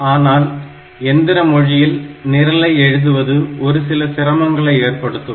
ஆனால் எந்திர மொழியில் நிரலை எழுதுவது ஒரு சில சிரமங்களை ஏற்படுத்தும்